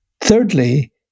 thirdly